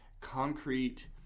concrete